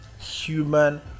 human